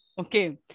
Okay